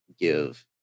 give